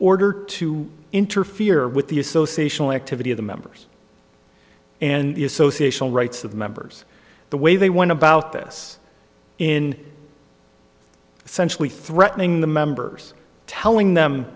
order to interfere with the association activity of the members and the association rights of the members the way they went about this in centrally threatening the members telling them